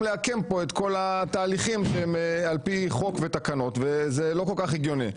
לעקם פה את כל התהליכים שהם על פי חוק ותקנות וזה לא כל כך הגיוני.